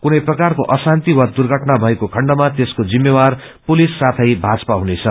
कुनै प्रकारको अशान्ति वा दुर्घअना भएको खएण्डमा त्यसको जिम्मेवार पुलिस साथै ीाजपा हुनेछ